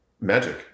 Magic